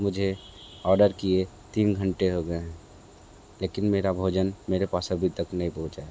मुझे ऑर्डर किए तीन घंटे हो गए हैं लेकिन मेरा भोजन मेरे पास अभी तक नहीं पहुँचा है